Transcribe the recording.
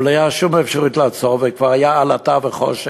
ולא הייתה שום אפשרות לעצור, וכבר היו עלטה וחושך,